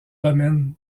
domaines